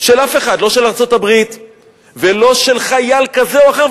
לא של ארצות-הברית ולא של חייל כזה או אחר,